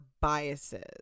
biases